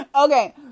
okay